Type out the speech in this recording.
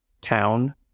town